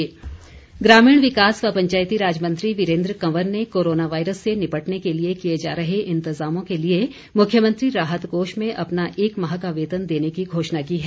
वीरेन्द्र कंवर ग्रामीण विकास व पंचायतीराज मंत्री वीरेंद्र कंवर ने कोरोना वायरस से निपटने के लिए किए जा रहें इंतजामों के लिए मुख्यमंत्री राहत कोष में अपना एक माह का वेतन देने की घोषणा की है